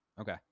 Okay